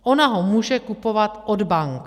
Ona ho může kupovat od bank.